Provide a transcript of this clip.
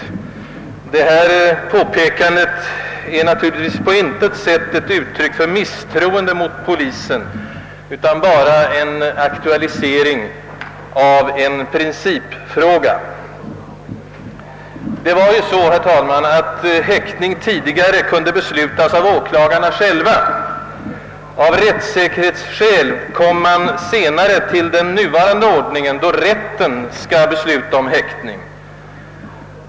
Detta påpekande är naturligtvis på intet sätt ett uttryck för misstroende mot polisen, utan bara en aktualisering av en principfråga. Det var ju så, herr talman, att häktning tidigare kunde beslutas av åklagarna själva. Av rättssäkerhetsskäl infördes senare den nuvarande ordningen, enligt vilken rätten skall besluta om häktning.